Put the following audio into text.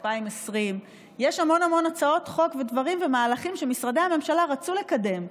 2020 יש המון המון הצעות חוק ודברים ומהלכים שמשרדי הממשלה רצו לקדם,